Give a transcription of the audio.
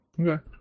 Okay